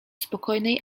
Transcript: spokojnej